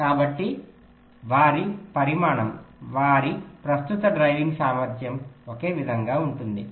కాబట్టి వారి పరిమాణం వారి ప్రస్తుత డ్రైవింగ్ సామర్ధ్యం ఒకే విధంగా ఉంటుంది